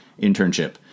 internship